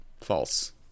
false